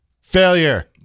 Failure